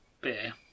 Beer